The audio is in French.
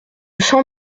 cent